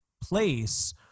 place